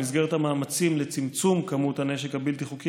במסגרת המאמצים לצמצום כמות הנשק הבלתי-חוקי